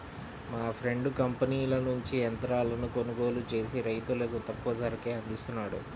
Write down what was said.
మా ఫ్రెండు కంపెనీల నుంచి యంత్రాలను కొనుగోలు చేసి రైతులకు తక్కువ ధరకే అందిస్తున్నాడు